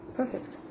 Perfect